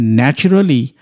naturally